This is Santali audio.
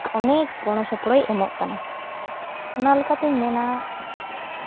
ᱚᱱᱮᱠ ᱜᱚᱲᱚ ᱥᱚᱯᱚᱦᱚᱫ ᱮ ᱮᱢᱚᱜ ᱠᱟᱱᱟ ᱚᱱᱟ ᱞᱮᱠᱟᱛᱤᱧ ᱢᱮᱱᱟ